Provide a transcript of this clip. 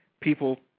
People